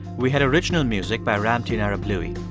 we had original music by ramtin arablouei.